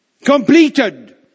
completed